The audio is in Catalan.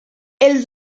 els